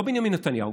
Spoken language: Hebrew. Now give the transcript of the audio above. לא בנימין נתניהו,